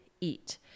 eat